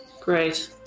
Great